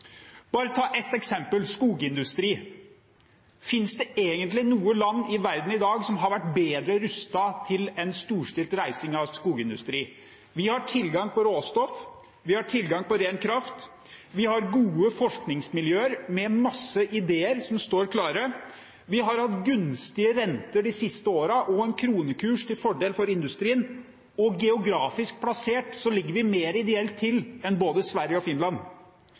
bare ta et eksempel: skogindustri. Finnes det egentlig noe land i verden i dag som har vært bedre rustet til en storstilt reising av skogindustri? Vi har tilgang på råstoff. Vi har tilgang på ren kraft. Vi har gode forskningsmiljøer som står klare med masse ideer. Vi har hatt gunstige renter de siste årene og en kronekurs til fordel for industrien, og geografisk er vi mer ideelt plassert enn både Sverige og Finland.